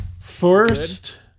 First